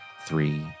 three